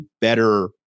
better